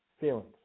Feelings